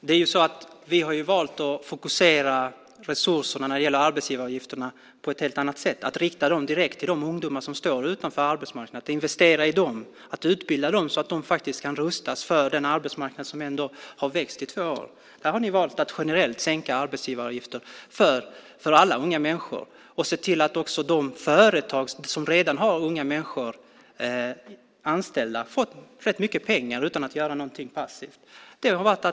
Fru talman! Vi har valt att fokusera arbetsgivaravgiftsresurserna på ett helt annat sätt och rikta dem direkt till de ungdomar som står utanför arbetsmarknaden och investera i dem och utbilda dem så att de kan rustas för den arbetsmarknad som har vuxit i två år. Ni har valt att generellt sänka arbetsgivaravgiften för alla unga människor. Ni har också sett till att de företag som redan har unga människor anställda har fått rätt mycket pengar utan att göra någonting.